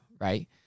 right